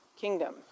kingdom